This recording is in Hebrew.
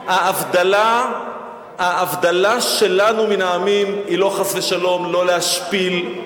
ההבדלה שלנו מן העמים היא חס ושלום לא להשפיל,